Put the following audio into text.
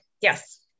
yes